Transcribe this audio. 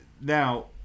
now